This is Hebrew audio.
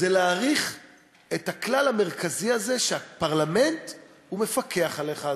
זה להעריך את הכלל המרכזי הזה שהפרלמנט הוא שמפקח עליך,